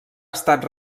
estat